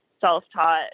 self-taught